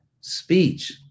speech